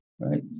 Right